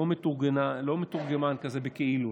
לא מתורגמן כזה בכאילו,